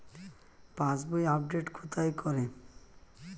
পাসবই update কোথায় করে?